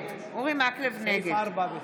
נגד אבתיסאם מראענה, בעד יעקב